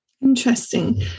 Interesting